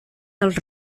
dels